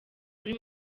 ruri